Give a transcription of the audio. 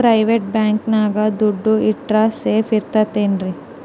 Private bank ನ್ಯಾಗ್ ದುಡ್ಡ ಇಟ್ರ ಸೇಫ್ ಇರ್ತದೇನ್ರಿ?